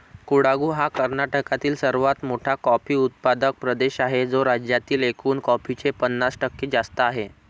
कोडागु हा कर्नाटकातील सर्वात मोठा कॉफी उत्पादक प्रदेश आहे, जो राज्यातील एकूण कॉफीचे पन्नास टक्के जास्त आहे